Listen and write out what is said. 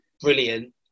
brilliant